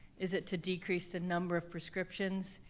is it to decrease the number of prescriptions?